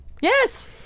Yes